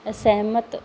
ਅਸਹਿਮਤ